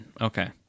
okay